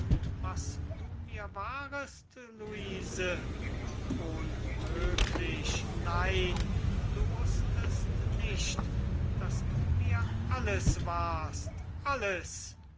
was du mir warst luise unmöglich nein du wußtest nicht daß du mir alles warst alles